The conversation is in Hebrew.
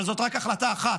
אבל זאת רק החלטה אחת,